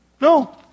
No